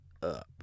up